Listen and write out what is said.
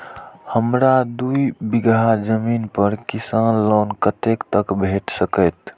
हमरा दूय बीगहा जमीन पर किसान लोन कतेक तक भेट सकतै?